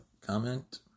comment